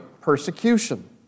persecution